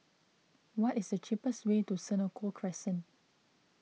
what is the cheapest way to Senoko Crescent